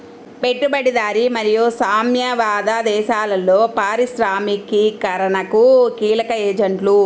పెట్టుబడిదారీ మరియు సామ్యవాద దేశాలలో పారిశ్రామికీకరణకు కీలక ఏజెంట్లు